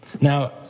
Now